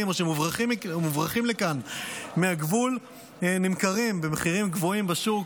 או שמוברחים לכאן מעבר לגבול נמכרים במחירים גבוהים בשוק,